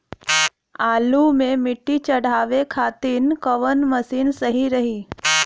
आलू मे मिट्टी चढ़ावे खातिन कवन मशीन सही रही?